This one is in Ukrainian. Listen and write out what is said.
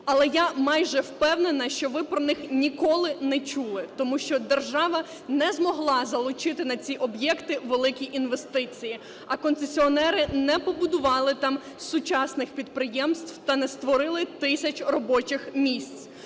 Але я майже впевнена, що ви про них ніколи не чули. Тому що держава не змогла залучити на ці об'єкти великі інвестиції, а концесіонери не побудували там сучасних підприємств та не створили тисяч робочих місць.